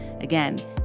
Again